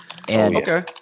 Okay